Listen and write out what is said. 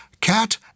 Cat